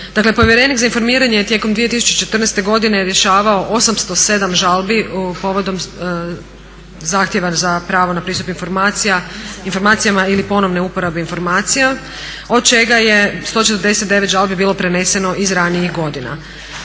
povjerenik za informiranje je tijekom 2014.godine rješavao 807 žalbi povodom zahtjeva za pravo na pristup informacijama ili ponovne uporabe informacija od čega je 149 žalbi bilo preneseno iz ranijih godina.